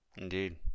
Indeed